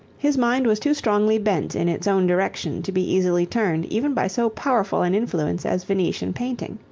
his mind was too strongly bent in its own direction to be easily turned even by so powerful an influence as venetian painting.